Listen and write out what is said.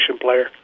player